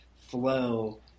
flow